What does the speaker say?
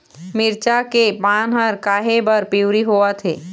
मिरचा के पान हर काहे बर पिवरी होवथे?